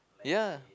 ya